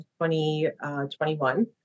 2021